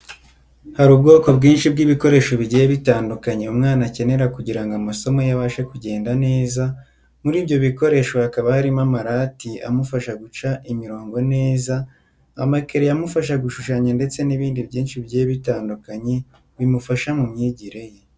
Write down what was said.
Hari ubwoko bwinshi bw’ibikoresho bigiye bitandukanye umwana akenera kugira ngo amasomo ye abashe kugenda neza, muri ibyo bikoresho hakaba harimo amarati amufasha guca imirongo neza, amakereyo amufasha gushushanya ndetse n’ibindi byinshi bigiye bitandukanye bimufasha mu myigire ye.